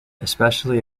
especially